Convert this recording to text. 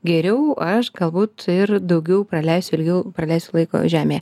geriau aš galbūt ir daugiau praleisiu ilgiau praleisiu laiko žemėje